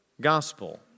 gospel